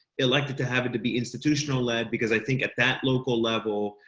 elected to have it to be institutional lead, because i think at that local level,